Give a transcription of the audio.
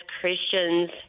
Christians